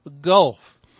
gulf